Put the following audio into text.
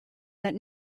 that